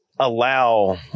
allow